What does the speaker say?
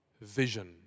vision